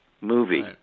movie